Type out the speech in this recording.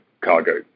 cargo